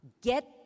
get